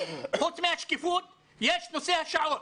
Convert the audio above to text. חוץ מהשקיפות יש את נושא השעות.